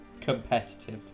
competitive